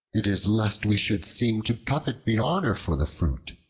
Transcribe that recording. it is lest we should seem to covet the honor for the fruit.